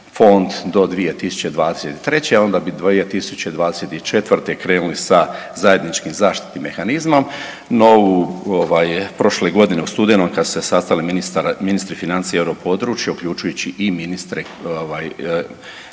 do 2023., a onda bi 2024. krenuli sa zajedničkim zaštitnim mehanizmom. No u ovaj, prošle godine u studenom kad su se sastali ministri financija europodručja, uključujući i ministre